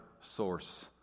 source